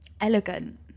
elegant